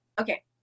okay